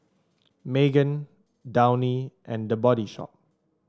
Megan Downy and The Body Shop